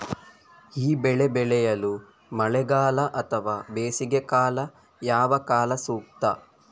ಈ ಬೆಳೆ ಬೆಳೆಯಲು ಮಳೆಗಾಲ ಅಥವಾ ಬೇಸಿಗೆಕಾಲ ಯಾವ ಕಾಲ ಸೂಕ್ತ?